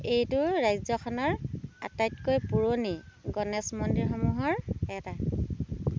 এইটো ৰাজ্যখনৰ আটাইতকৈ পুৰণি গণেশ মন্দিৰসমূহৰ এটা